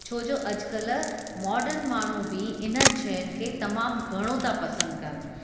छो जो अॼुकल्ह मॉडन माण्हू बि इन्हनि शयुनि खे तमामु घणो था पसंदि कनि